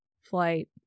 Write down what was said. flight